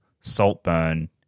saltburn